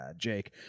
jake